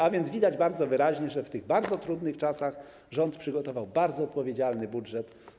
A więc widać bardzo wyraźnie, że w tych bardzo trudnych czasach rząd przygotował bardzo odpowiedzialny budżet.